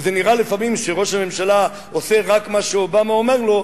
וזה נראה לפעמים שראש הממשלה עושה רק מה שאובמה אומר לו,